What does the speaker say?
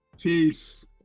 Peace